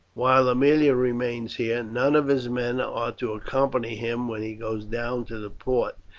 while aemilia remains here, none of his men are to accompany him when he goes down to the port,